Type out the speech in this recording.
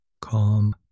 Calm